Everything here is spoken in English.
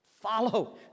Follow